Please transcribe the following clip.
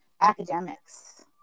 academics